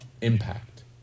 impact